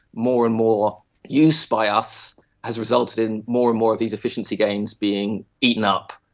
more and more use by us has resulted in more and more of these efficiency gains being eaten up.